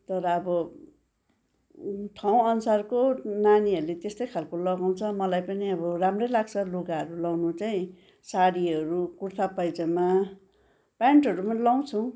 तर अब ठाउँ अनुसारको नानीहरूले त्यस्तै खालको लगाउँछ मलाई पनि अब राम्रै लाग्छ लुगाहरू लाउनु चाहिँ साडीहरू कुर्था पाइजामा पेन्टहरू पनि लाउँछु